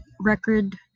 record